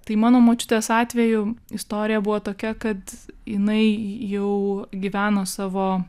tai mano močiutės atveju istorija buvo tokia kad jinai jau gyveno savo